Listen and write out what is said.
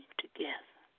together